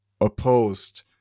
opposed